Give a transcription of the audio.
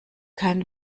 kein